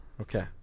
Okay